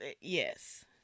Yes